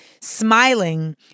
smiling